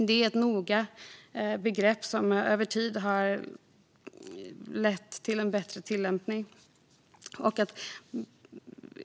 Det är ett noga utmejslat begrepp som över tid har lett till en bättre tillämpning.